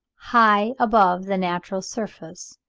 high above the natural surface,